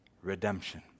redemption